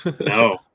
No